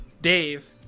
Dave